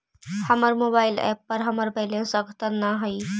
हमर mobile app पर हमर बैलेंस अद्यतन ना हई